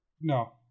No